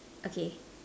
okay